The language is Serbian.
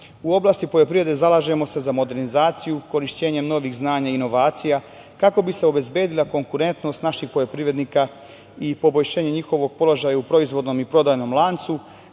U oblasti poljoprivrede zalažemo se za modernizaciju, korišćenje novih znanja, inovacija, kako bi se obezbedila konkurentnost naših poljoprivrednika i poboljšanje njihovog položaja u proizvodnom i prodajnom lancu,